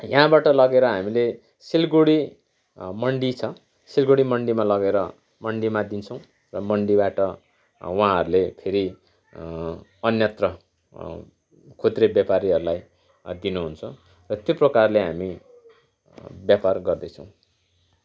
यहाँबाट लगेर हामीले सिलगढी मन्डी छ सिलगढी मन्डीमा लगेर मन्डीमा दिन्छौँ र मन्डीबाट उहाँहरूले फेरि अन्यत्र खुद्रे व्यापारीहरूलाई दिनुहुन्छ र त्यो प्रकारले हामी व्यापार गर्दैछौँ